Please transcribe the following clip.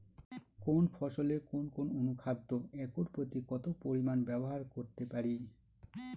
কোন ফসলে কোন কোন অনুখাদ্য একর প্রতি কত পরিমান ব্যবহার করতে পারি?